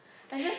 I'm just